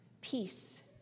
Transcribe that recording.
peace